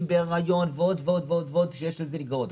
בהיריון ועוד ועוד ועוד שיש לזה נגררות,